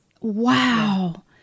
Wow